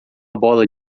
bola